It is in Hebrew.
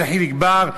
יחיאל חיליק בר,